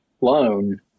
loan